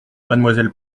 mademoiselle